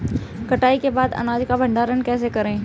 कटाई के बाद अनाज का भंडारण कैसे करें?